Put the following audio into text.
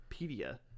wikipedia